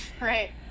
Right